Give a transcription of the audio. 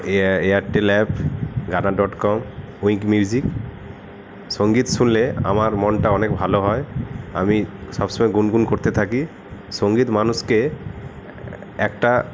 এয়া Airtel app Tata dot com Wynk music সঙ্গীত শুনলে আমার মনটা অনেক ভালো হয় আমি সব সময় গুনগুন করতে থাকি সঙ্গীত মানুষকে একটা